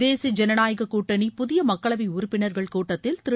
தேசிய ஜனநாயகக் கூட்டணி புதிய மக்களவை உறுப்பினர்கள் கூட்டத்தில் திரு